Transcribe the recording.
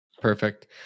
Perfect